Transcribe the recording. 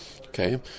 okay